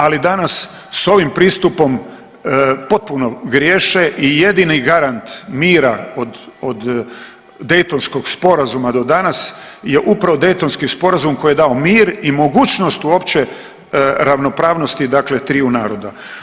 Ali danas s ovim pristupom potpuno griješe i jedini garant mira od Daytonskog sporazuma do danas je upravo Daytonski sporazum koji je dao mir i mogućnost uopće ravnopravnosti dakle triju naroda.